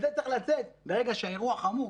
זה צריך לצאת ברגע שהאירוע חמור,